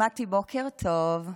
מטי, בוקר טוב.